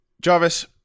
Jarvis